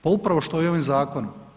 Pa upravo što i ovim zakonom.